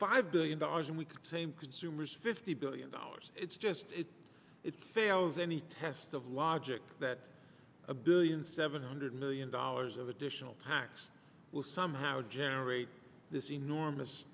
five billion dollars and we could same consumers fifty billion dollars it's just if it fails any test of logic that a billion seven hundred million dollars of additional tax will somehow generate this enormous